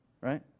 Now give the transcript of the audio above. Right